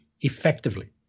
effectively